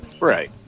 Right